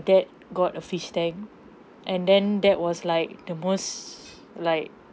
dad got a fish tank and then that was like the most like